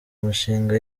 umushinga